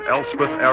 Elspeth